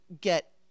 get